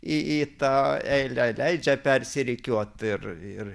į į tą eilę leidžia persirikiuot ir ir